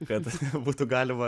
fredas būtų galima